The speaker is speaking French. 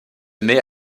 met